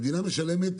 המדינה משלמת